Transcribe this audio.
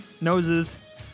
Noses